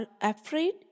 afraid